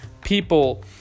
people